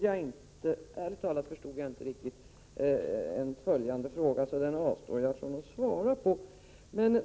Ärligt talat förstod jag inte riktigt en följande fråga, så den avstår jag från att svara på.